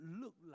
look